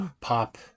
pop